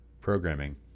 programming